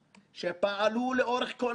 ועשו לילות כימים